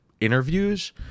interviews